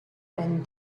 and